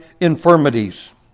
infirmities